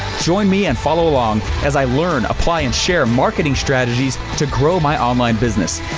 join me and follow um as i learn, apply and share marketing strategies to grow my online business,